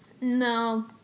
No